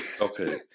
okay